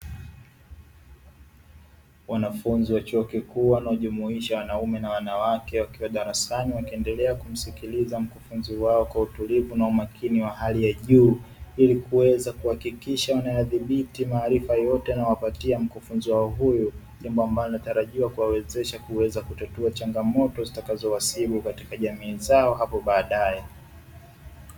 Wanafunzi wa chuo kikuu wanaojumuisha wanaume na wanawake wakiwa darasani wakiwa wanaendelea kumsikiliza mkufunzi wao kwa umakini wa hari ya juu ili kuweza kuhakikisha wanayadhibiti maarifa yote anayowapatia mkufunzi huyu jambo ambalo linatalajiwa kuweza kuwawezesha kuweza kutatua changamoto zitakazo wasibu katika jamii zao hapo baadae.